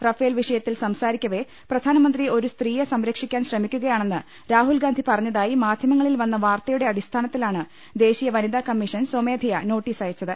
Rafale വിഷയ ത്തിൽ സ്ംസാരിക്കവെ പ്രധാനമന്ത്രി ഒരു സ്ത്രീയെ സംരക്ഷി ക്കാൻ ശ്രമിക്കുകയാണെന്ന് രാഹുൽഗാന്ധി പറഞ്ഞതായി മാധ്യ മങ്ങളിൽ വന്ന വാർത്തയുടെ അടിസ്ഥാനത്തിലാണ് ദേശീയ വനി താകമ്മീഷൻ സ്വമേധയാ നോട്ടീസയച്ചത്